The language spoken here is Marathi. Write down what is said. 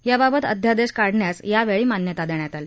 या बाबत अध्यादेश काढण्यास या वेळी मान्यता देण्यात आली